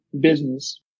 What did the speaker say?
business